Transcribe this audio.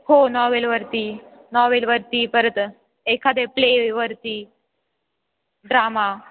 हो नॉवेलवरती नॉवेलवरती परत एखादे प्लेवरती ड्रामा